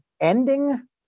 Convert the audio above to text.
ending